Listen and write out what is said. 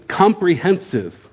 comprehensive